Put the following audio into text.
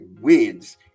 wins